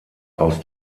aus